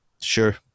Sure